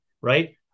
right